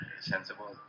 sensible